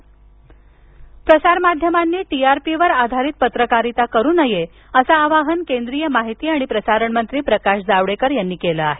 प्रकाश जावडेकर प्रसारमाध्यमांनी T R P वर आधारित पत्रकारिता करू नये असं आवाहन केंद्रीय माहिती आणि प्रसारण मंत्री प्रकाश जावडेकर यांनी केलं आहे